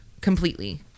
completely